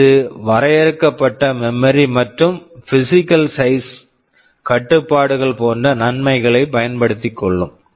இது வரையறுக்கப்பட்ட memory memory மற்றும் பிஸிக்கல் சைஸ் physical size கட்டுப்பாடுகள் போன்ற நன்மைகளை பயன்படுத்திக் கொள்ளும்